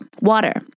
water